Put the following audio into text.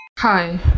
hi